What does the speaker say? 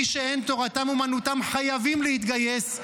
מי שאין תורתם אומנתם חייבים להתגייס,